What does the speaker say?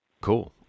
Cool